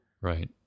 Right